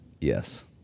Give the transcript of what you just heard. Yes